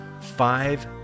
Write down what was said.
five